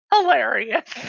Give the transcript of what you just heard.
hilarious